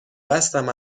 بستم